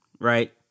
right